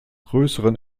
größeren